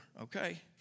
Okay